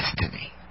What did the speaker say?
destiny